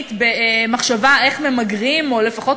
רצינית במחשבה איך ממגרים או לפחות